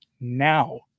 now